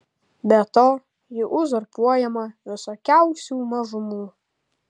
be to ji uzurpuojama visokiausių mažumų